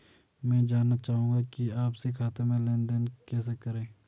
मैं जानना चाहूँगा कि आपसी खाते में लेनदेन कैसे करें?